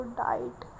died